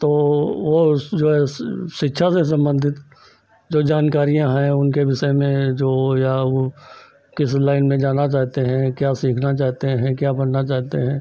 तो वह उस जो है शिक्षा से सम्बन्धित जो जानकारियाँ हैं उनके विषय में जो या वह किस लाइन में जाना चाहते हैं क्या सीखना चाहते हैं क्या बनना चाहते हैं